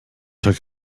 took